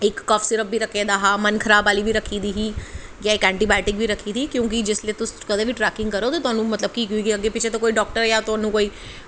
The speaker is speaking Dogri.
इक कफ सिरप बी रक्खे दा हा मन खराब आह्ली बी रक्खी दी ही इक ऐंटी बायोटिक बी रक्खी दी ही क्योंकि जिसलै तुस कदैं बी ट्रैकिंग करो ते तुआनूं अग्गैं पिच्छें डाक्टर जां तुआनूं कोई